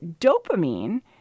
dopamine